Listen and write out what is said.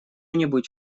нибудь